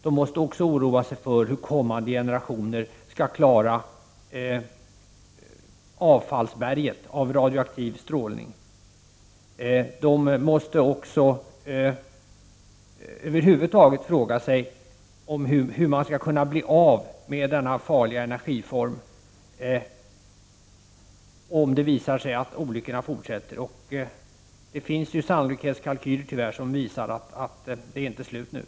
De måste oroa sig för hur kommande generationer skall kunna skydda sig mot den radioaktiva strålningen från avfallsberget. De måste också fråga sig hur man över huvud taget skall kunna bli av med denna farliga energiform, om det visar sig att olyckorna fortsätter. Det finns sannolikhetskalkyler som tyvärr visar att det inte är slut nu.